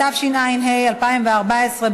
התשע"ה 2014,